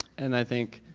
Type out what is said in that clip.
and i think